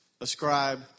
Ascribe